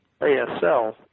ASL